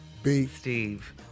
Steve